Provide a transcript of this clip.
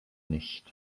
nicht